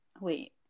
Wait